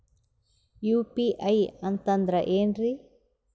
UPI ಅಂತಂದ್ರೆ ಏನ್ರೀ?